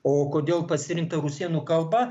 o kodėl pasirinkta rusėnų kalba